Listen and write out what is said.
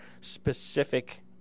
specific